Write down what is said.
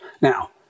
Now